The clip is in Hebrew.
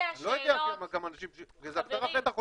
אני לא יודע כמה אנשים זה הגדרת בית החולים,